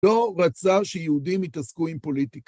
לא רצה שיהודים יתעסקו עם פוליטיקה.